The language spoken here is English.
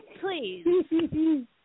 please